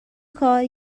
کار